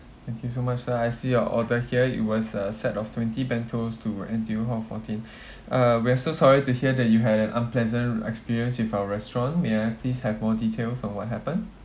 thank you so much sir I see your order here it was a set of twenty bentos to N_T_U hall fourteen uh we're so sorry to hear that you had an unpleasant experience with our restaurant may I please have more details on what happened